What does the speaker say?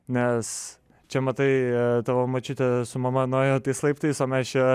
nes čia matai tavo močiutė su mama nuėjo tais laiptais o mes čia